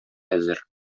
әзер